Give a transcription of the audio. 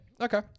Okay